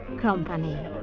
company